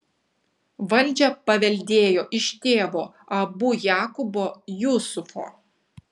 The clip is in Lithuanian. valdžią paveldėjo iš tėvo abu jakubo jusufo